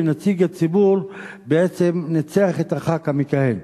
ונציג הציבור ניצח את הח"כ המכהן.